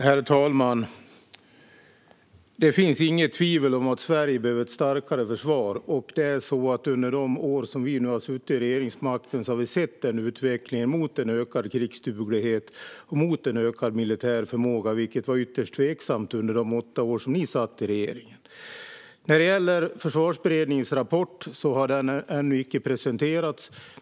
Herr talman! Det finns inget tvivel om att Sverige behöver ett starkare försvar. Under de år som vi nu har suttit vid regeringsmakten har vi sett en utveckling mot en ökad krigsduglighet och en ökad militär förmåga. Det var ytterst tveksamt under de åtta år som ni satt i regeringen, Pål Jonson. Försvarsberedningens rapport har ännu inte presenterats.